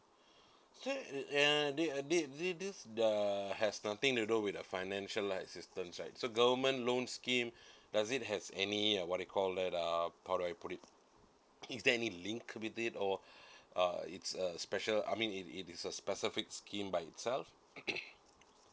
so uh this uh this this this is the has nothing to do with the financial like assistance right so government loan scheme does it has any what they call that uh how do I put it is there any link with it or uh it's a special I mean it it's a specific scheme by itself